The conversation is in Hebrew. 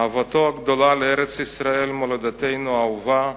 אהבתו הגדולה לארץ-ישראל, "מולדתנו האהובה",